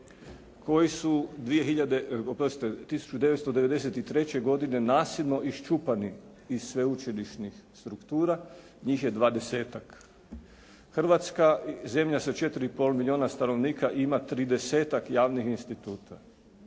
koji su 1993. godine nasilno iščupani iz sveučilišnih struktura, njih je 20-ak. Hrvatska, zemlja sa 4,5 milijuna stanovnika ima 30-ak javnih instituta